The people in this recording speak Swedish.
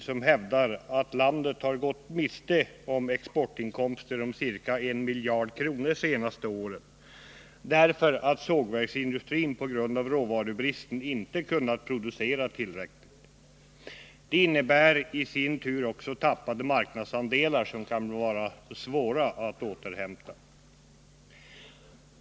Där hävdas att landet har gått miste om exportinkomster på ca 1 miljard kronor det senaste året därför att sågverksindustrin på grund av råvarubristen inte kunnat producera tillräckligt. Det innebär i sin tur tappade marknadsandelar, som det kan bli svårt att återhämta.